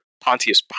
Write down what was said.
Pontius